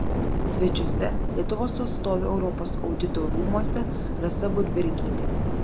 svečiuose lietuvos atstovė europos audito rūmuose rasa budbergytė